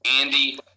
Andy